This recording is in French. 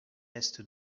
est